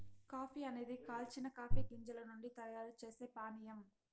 coffee అనేది కాల్చిన coffee గింజల నుండి తయారు చేసే పానీయం